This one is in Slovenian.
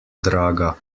draga